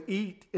eat